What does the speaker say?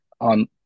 on